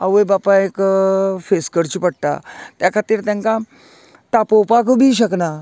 आवय बापायक फेस करचे पडटा त्या खातीर तेंका तापोपाकय बी शकना